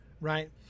Right